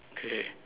K